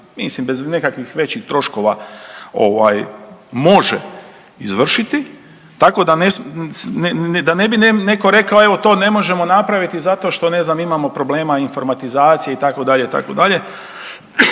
mislim bez nekakvih većih troškova može izvršiti, tako da ne bi netko rekao evo to ne možemo napraviti zato što ne znam, imamo problema informatizacije itd., itd.,